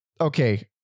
okay